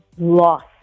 lost